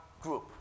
group